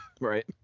Right